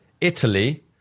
italy